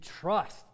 trust